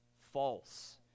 False